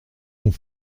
ont